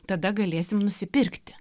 tada galėsim nusipirkti